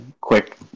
quick